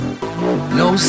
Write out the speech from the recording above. no